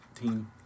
team